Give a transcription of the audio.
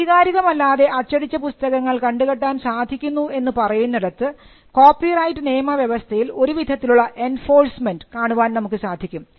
ആധികാരികമല്ലാതെ അച്ചടിച്ച പുസ്തകങ്ങൾ കണ്ടുകെട്ടാൻ സാധിക്കുന്നു എന്ന് പറയുന്നിടത്ത് കോപ്പിറൈറ്റ് നിയമ വ്യവസ്ഥയിൽ ഒരു വിധത്തിലുള്ള എൻഫോഴ്സ്മെൻറ് കാണുവാൻ നമുക്ക് സാധിക്കും